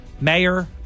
Mayor